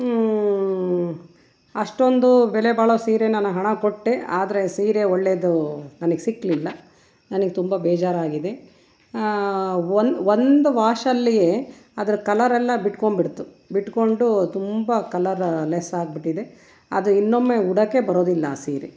ಅಷ್ಟೊಂದು ಬೆಲೆಬಾಳೋ ಸೀರೆನಾ ನಾನು ಹಣ ಕೊಟ್ಟೆ ಆದರೆ ಸೀರೆ ಒಳ್ಳೆಯದು ನನಗೆ ಸಿಕ್ಕಲಿಲ್ಲ ನನಗೆ ತುಂಬ ಬೇಜಾರು ಆಗಿದೆ ಒಂದು ಒಂದು ವಾಶಲ್ಲಿಯೇ ಅದ್ರ ಕಲರ್ ಎಲ್ಲ ಬಿಟ್ಕೊಂಡ್ಬಿಡ್ತು ಬಿಟ್ಟುಕೊಂಡು ತುಂಬ ಕಲರ ಲೆಸ್ ಆಗಿಬಿಟ್ಟಿದೆ ಅದು ಇನ್ನೊಮ್ಮೆ ಉಡೋಕ್ಕೇ ಬರೋದಿಲ್ಲ ಆ ಸೀರೆ